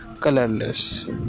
colorless